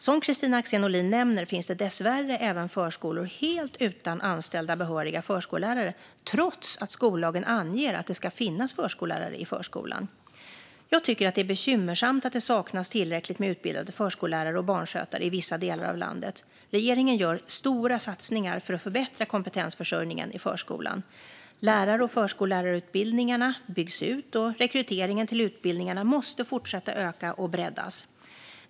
Som Kristina Axén Olin nämner finns det dessvärre även förskolor helt utan anställda behöriga förskollärare trots att skollagen anger att det ska finnas förskollärare i förskolan. Jag tycker att det är bekymmersamt att det saknas tillräckligt med utbildade förskollärare och barnskötare i vissa delar av landet. Regeringen gör stora satsningar för att förbättra kompetensförsörjningen i förskolan. Lärar och förskollärarutbildningarna byggs ut, och rekryteringen till utbildningarna måste fortsätta att öka och breddas.